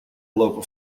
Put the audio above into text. local